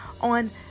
on